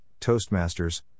Toastmasters